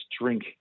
drink